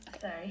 Sorry